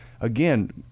again